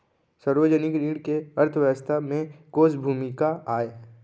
सार्वजनिक ऋण के अर्थव्यवस्था में कोस भूमिका आय?